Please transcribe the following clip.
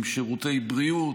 עם שירותי בריאות